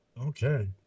Okay